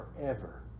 forever